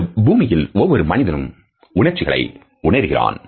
இந்த பூமியில் ஒவ்வொரு மனிதனும் உணர்ச்சிகளை உணருகிறான்